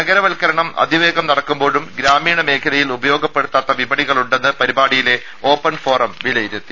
നഗരവത്കരണം അതിവേഗം നടക്കുമ്പോഴും ഗ്രാമീണ മേഖലയിൽ ഉപയോഗപ്പെടുത്താത്ത വിപണികളുണ്ടെന്ന് പരിപാടിയിലെ ഓപ്പൺഫോറം വിലയിരുത്തി